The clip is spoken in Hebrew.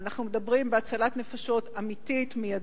אנחנו מדברים בהצלת נפשות אמיתית, מיידית,